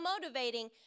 motivating